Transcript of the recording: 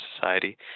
society